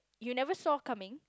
you never saw coming